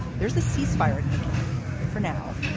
there's a cease fire in ad-lib for now,